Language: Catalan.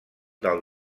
del